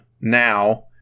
now –